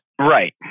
Right